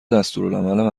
دستورالعمل